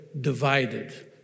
divided